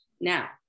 Now